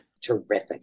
Terrific